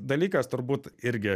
dalykas turbūt irgi